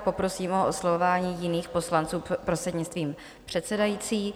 Poprosím ho o oslovování jiných poslanců prostřednictvím předsedající.